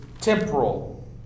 temporal